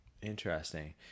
Interesting